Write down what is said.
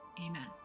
Amen